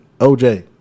OJ